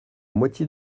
moitié